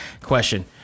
question